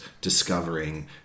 discovering